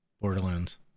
Borderlands